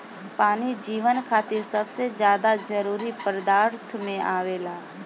पानी जीवन खातिर सबसे ज्यादा जरूरी पदार्थ में आवेला